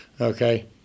Okay